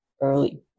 early